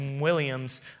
Williams